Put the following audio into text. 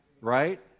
Right